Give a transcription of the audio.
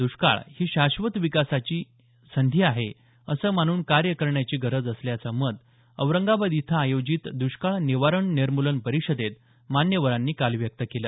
दृष्काळ ही शाश्वत विकास करण्याची संधी आहे असं मानून कार्य करण्याची गरज असल्याचं मत औरंगाबाद इथं आयोजित द्ष्काळ निवारण निर्मूलन परिषदेत मान्यवरांनी काल व्यक्त केलं